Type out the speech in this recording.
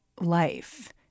life